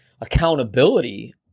accountability